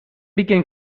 begin